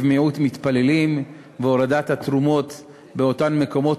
מיעוט מתפללים וירידת התרומות באותם מקומות,